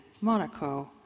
Monaco